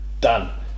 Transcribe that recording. done